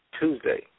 Tuesday